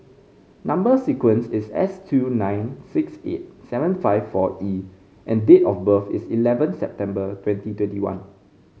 number sequence is S two nine six eight seven five four E and date of birth is eleven September twenty twenty one